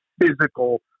physical